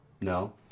No